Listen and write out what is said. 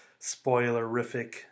spoilerific